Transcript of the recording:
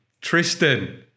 Tristan